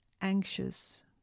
anxious